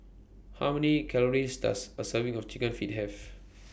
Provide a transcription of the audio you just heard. How Many Calories Does A Serving of Chicken Feet Have